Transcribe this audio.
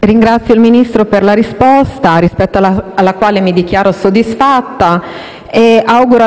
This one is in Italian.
ringrazio il Ministro per la risposta, rispetto alla quale mi dichiaro soddisfatta, e gli auguro